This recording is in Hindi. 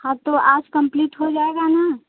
हाँ तो आज कम्पलीट हो जायेगा ना